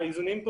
שאלת האיזונים,